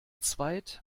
zweit